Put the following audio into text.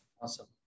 Awesome